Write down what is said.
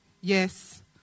Yes